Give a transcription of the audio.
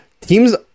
teams